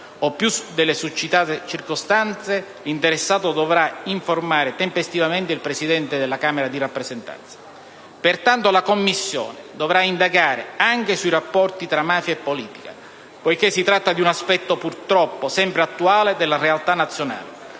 o più delle succitate circostanze, l'interessato dovrà informare tempestivamente il presidente della Camera di appartenenza. Pertanto, la Commissione dovrà indagare anche sui rapporti tra mafia e politica, poiché purtroppo si tratta di un aspetto sempre attuale della realtà nazionale.